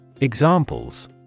Examples